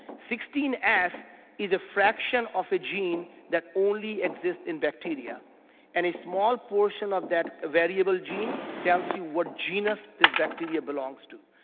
sixteen s is a fraction of a gene that only exists in bacteria and a small portion of that variable gene tells you what genus bacteria belongs to.